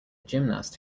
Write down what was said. gymnast